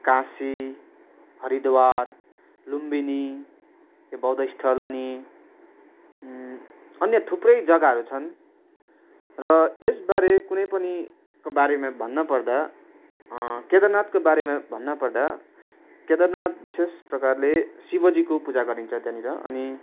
काशी हरिद्वार लुम्बिनी बौद्धस्थल अनि अन्य थुप्रै जग्गाहरू छन् र यसबारे कुनै पनि को बारेमा भन्नुपर्दा केदारनाथको बारेमा भन्नुपर्दा केदारनाथ विशेष प्रकारले शिवजीको पूजा गरिन्छ त्यहाँनिर अनि